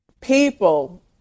People